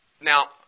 Now